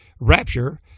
rapture